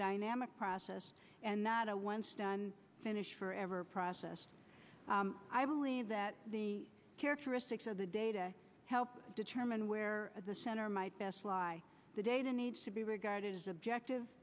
dynamic process and not a once done finish forever process i have only that the characteristics of the data to help determine where the center might best lie the data needs to be regarded as objective